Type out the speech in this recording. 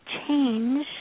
change